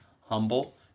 humble